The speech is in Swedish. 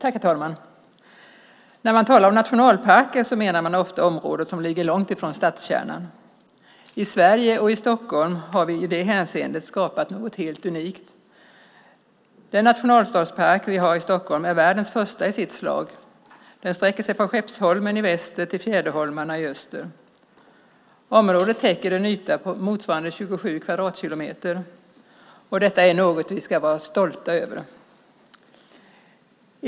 Herr talman! När man talar om nationalparker menar man ofta områden som ligger långt från stadskärnan. I Sverige och i Stockholm har vi i det hänseendet skapat något helt unikt. Den nationalstadspark vi har i Stockholm är världens första i sitt slag. Den sträcker sig från Skeppsholmen i väster till Fjäderholmarna i öster. Området täcker en yta på motsvarande 27 kvadratkilometer, och detta är något vi ska vara stolta över.